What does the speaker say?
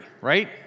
right